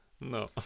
no